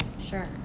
Sure